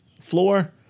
floor